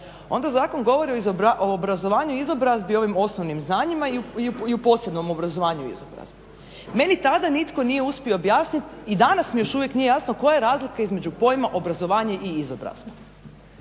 Onda zakon govori o obrazovanju i izobrazbi o ovim osnovnim znanjima i u posebnom obrazovanju i izobrazbi. Meni tada nitko nije uspio objasniti i danas mi još uvijek nije jasno koja je razlika između pojma obrazovanja i izobrazbe.